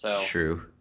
True